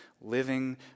living